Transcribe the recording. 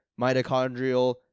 mitochondrial